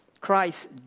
Christ